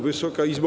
Wysoka Izbo!